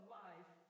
life